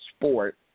sport